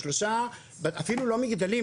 אפילו לא מגדלים,